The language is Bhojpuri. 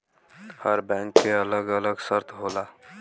हर बैंक के अलग अलग शर्त होला